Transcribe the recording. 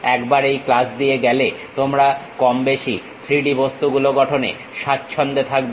একবার এই ক্লাস দিয়ে গেলে তোমরা কমবেশি 3D বস্তুগুলো গঠনে স্বাচ্ছন্দ্যে থাকবে